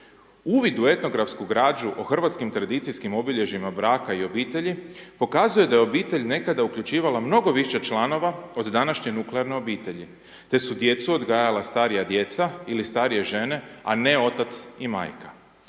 uvid u etnografsku građu o hrvatskim tradicijskim obilježjima braka i obitelji pokazuje da je obitelj nekada uključivala mnogo više članova od današnje nuklearne obitelji, te su djecu odgajala starija djeca ili starije žene, a ne otac i majka.